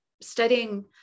studying